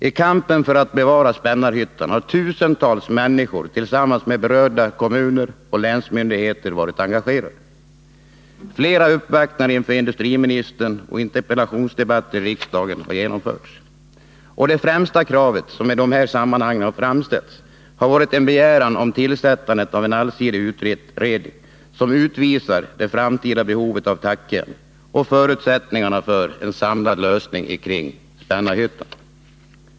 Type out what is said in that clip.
I kampen för att bevara Spännarhyttan har tusentals människor tillsammans med berörda kommuner och länsmyndigheter varit engagerade. Flera uppvaktningar inför industriministern och interpellationsdebatter i riksdagen har genomförts. Det främsta krav som i dessa sammanhang framställts har varit en begäran om tillsättandet av en allsidig utredning som utvisar det framtida behovet av tackjärn och förutsättningarna för en samlad lösning kring Spännarhyttan.